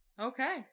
Okay